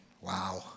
Wow